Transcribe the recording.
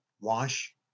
wash